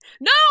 No